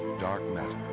dark matter.